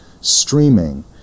streaming